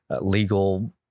legal